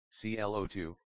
ClO2